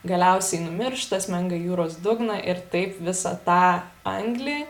galiausiai numiršta sminga į jūros dugną ir taip visą tą anglį